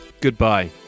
Goodbye